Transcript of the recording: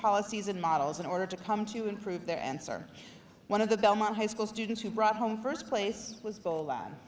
policies and models in order to come to improve their answer one of the belmont high school students who brought home first place was